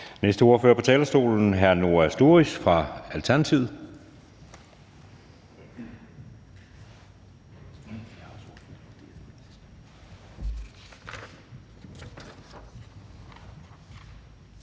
Næste ordfører på talerstolen er hr. Noah Sturis fra Alternativet.